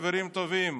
חברים טובים,